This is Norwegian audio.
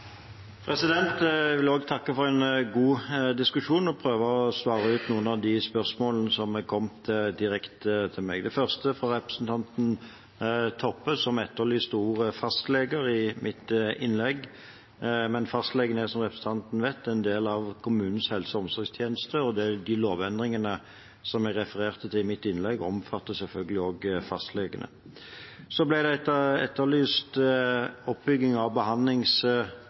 uker. Jeg vil også takke for en god diskusjon og prøve å svare ut noen av de spørsmålene som er kommet direkte til meg. Det første var fra representanten Toppe som etterlyste ordet «fastleger» i mitt innlegg. Fastlegene er, som representanten vet, en del av kommunenes helse- og omsorgstjenester, og de lovendringene som jeg refererte til i mitt innlegg, omfatter selvfølgelig også fastlegene. Så ble det etterlyst oppbygging av